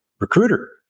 recruiter